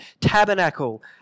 tabernacle